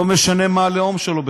לא משנה מה הלאום שלו בכלל,